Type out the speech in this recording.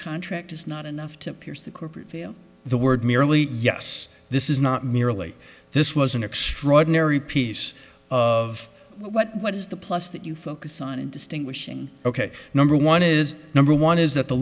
contract is not enough to pierce the corporate veil the word merely yes this is not merely this was an extraordinary piece of what what is the plus that you focus on and distinguishing ok number one is number one is that the